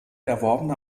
erworbene